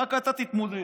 רק אתה תתמודד,